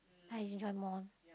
I usually enjoy more